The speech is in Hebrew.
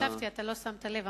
אני השבתי ולא שמת לב.